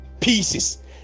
pieces